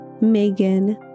Megan